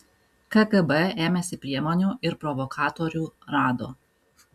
kgb ėmėsi priemonių ir provokatorių rado